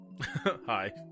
Hi